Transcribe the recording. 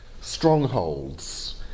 strongholds